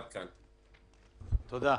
תודה.